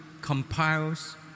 compiles